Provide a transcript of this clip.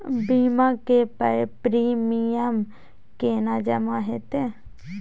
बीमा के प्रीमियम केना जमा हेते?